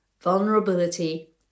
vulnerability